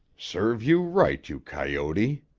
serve you right, you coyote!